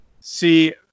See